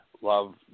love